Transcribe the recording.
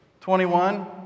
21